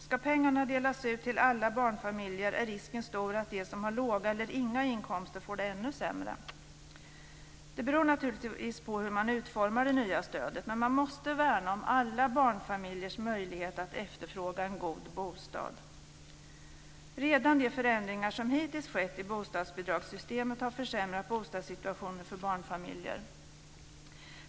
Ska pengarna delas ut till alla barnfamiljer är risken stor att de som har låga eller inga inkomster får det ännu sämre. Det beror naturligtvis på hur man utformar det nya stödet, men man måste värna om alla barnfamiljers möjlighet att efterfråga en god bostad. Redan de förändringar som hittills skett i bostadsbidragssystemet har försämrat bostadssituationen för barnfamiljer.